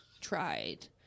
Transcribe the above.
tried